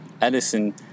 Edison